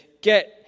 get